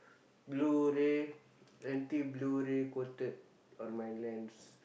blue ray anti blue ray coated on my lens